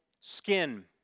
skin